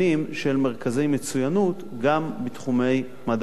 של מרכזי מצוינות גם בתחומי מדעי הרוח.